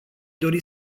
dori